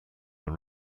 are